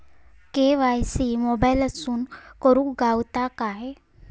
KYC मोबाईलातसून करुक गावता काय?